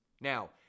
Now